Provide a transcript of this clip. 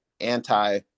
anti